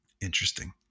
Interesting